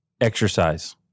exercise